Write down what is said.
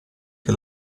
che